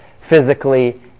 physically